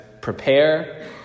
prepare